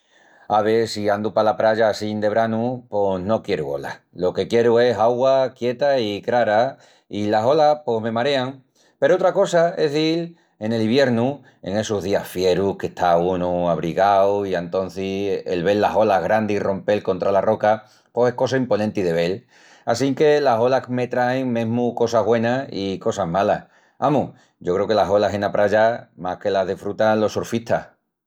Ave, si andu pala praya assín de branu pos no quieru olas. Lo que quieru es augua quieta i crara. I las olas pos me marean. Peru otra cosa es dil en el iviernu, en essus días fierus qu'está unu abrigau i antocis el vel las olas grandis rompel contra la roca pos es cosa imponenti de vel. Assinque las olas me traen mesmu cosas güenas i cosas malas. Amus, yo creu que las olas ena praya más que las desfrutan los surfistas.